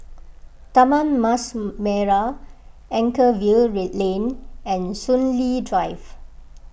Taman Mas Merah Anchorvale Lane and Soon Lee Drive